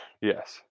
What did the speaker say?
Yes